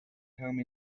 home